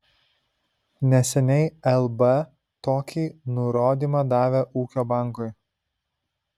neseniai lb tokį nurodymą davė ūkio bankui